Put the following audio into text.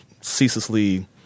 ceaselessly